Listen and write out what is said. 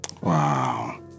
Wow